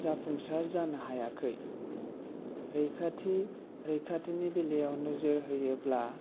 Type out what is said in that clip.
जाफुंसार जानो हायाखै रैखाथि रैखाथिनि बेलायाव नोजोर होयोब्ला